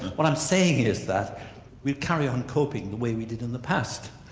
what i'm saying is that we carry on coping the way we did in the past.